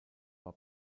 war